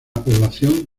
población